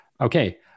Okay